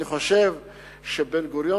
אני חושב שבן-גוריון,